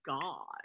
God